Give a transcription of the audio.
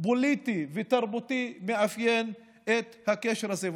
פוליטי ותרבותי מאפיין את הקשר הזה.